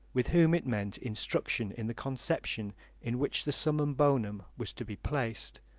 with whom it meant instruction in the conception in which the summum bonum was to be placed,